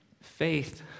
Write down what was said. faith